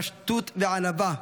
פשטות וענווה,